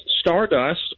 Stardust